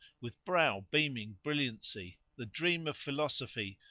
with brow beaming brilliancy, the dream of philosophy,